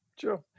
Sure